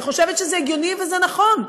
אני חושבת שזה הגיוני וזה נכון,